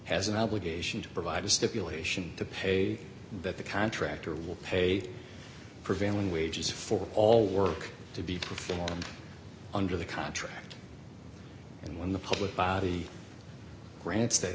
obligation to provide a stipulation to pay that the contractor will pay prevailing wages for all work to be performed under the contract and when the public body grant stat